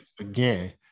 again